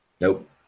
Nope